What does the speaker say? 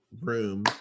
room